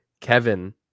Kevin